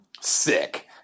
Sick